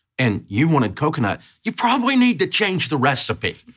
and you wanted coconut, you probably need to change the recipe.